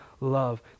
love